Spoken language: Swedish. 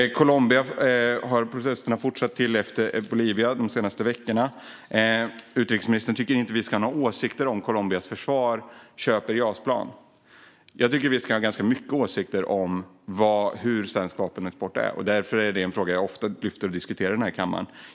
De senaste veckorna har protesterna fortsatt från Bolivia till Colombia. Utrikesministern tycker inte att vi ska ha några åsikter om Colombias försvar köper JAS-plan. Jag tycker att vi ska ha ganska mycket åsikter om svensk vapenexport. Därför är det en fråga jag ofta tar upp och diskuterar här i kammaren.